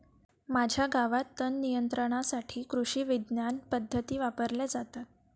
माझ्या गावात तणनियंत्रणासाठी कृषिविज्ञान पद्धती वापरल्या जातात